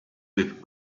with